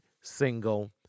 single